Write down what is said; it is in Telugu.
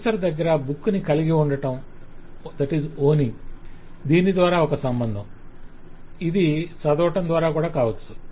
ప్రొఫెసర్ దగ్గర బుక్ ని కలిగియుండటం దీని ద్వారా ఒక సంబంధం ఇది చదవటం ద్వారా కూడా కావచ్చు